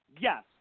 Yes